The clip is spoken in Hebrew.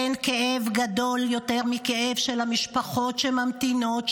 אין כאב גדול יותר מכאב של המשפחות שממתינות,